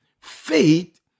Faith